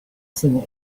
singer